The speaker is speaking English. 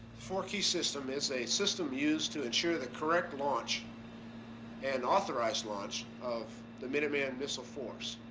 four key system is a system used to ensure the correct launch and authorized launch of the minuteman missile force.